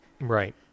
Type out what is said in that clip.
Right